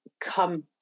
come